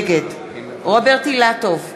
נגד רוברט אילטוב,